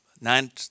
nine